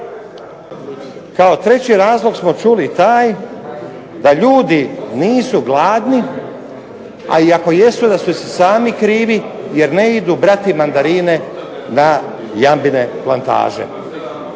razumije se./… smo čuli taj da ljudi nisu gladni, a i ako jesu da su si sami krivi jer ne idu brati mandarine na Jambine plantaže.